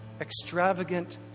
extravagant